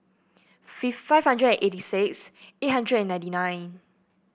five hundred eighty six eight hundred ninety nine